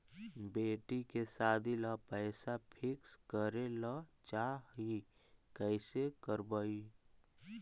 बेटि के सादी ल पैसा फिक्स करे ल चाह ही कैसे करबइ?